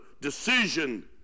decision